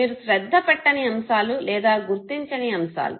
మీరు శ్రద్ధ పెట్టని అంశాలు లేదా గుర్తించని అంశాలు